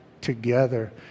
together